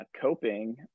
coping